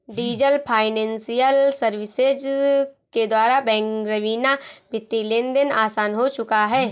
diesel financial services के द्वारा bank रवीना वित्तीय लेनदेन आसान हो चुका है